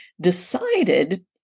decided